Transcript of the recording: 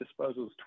disposals